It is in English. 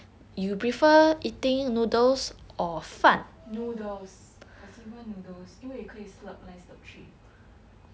noodles 我喜欢 noodles 因为可以 slurp 来 slurp 去